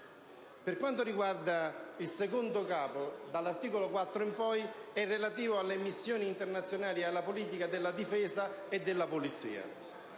e della sicurezza. Il capo II, dall'articolo 4 in poi, è relativo alle missioni internazionali e alla politica della difesa e della polizia.